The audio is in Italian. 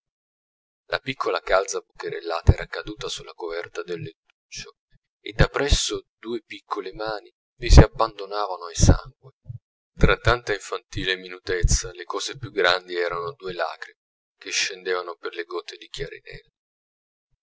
la piccola calza bucherellata era caduta sulla coverta del lettuccio e da presso due piccole mani vi si abbandonavano esangui tra tanta infantile minutezza le cose più grandi eran due lacrime che scendevano per le gote di